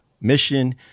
mission